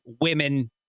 women